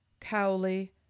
Cowley